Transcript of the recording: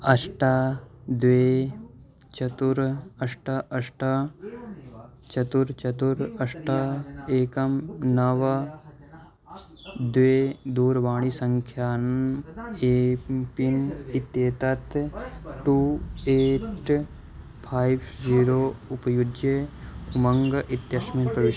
अष्ट द्वे चतुर् अष्ट अष्ट चतुर् चतुर् अष्ट एकं नव द्वे दूरवाणीसङ्ख्यान् एम् पिन् इत्येतत् टु एय्ट् फैव् ज़ीरो उपयुज्य उमङ्ग् इत्यस्मिन् प्रविश